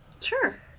Sure